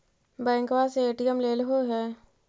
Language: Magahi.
बैंकवा से ए.टी.एम लेलहो है?